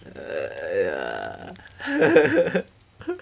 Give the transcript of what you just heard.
err ya